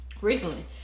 Recently